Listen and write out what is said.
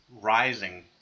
rising